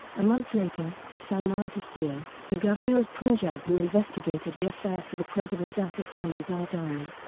a month later, salmaan taseer, the governor of punjab who investigated the affair for the president asif ali zardari,